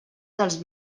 dels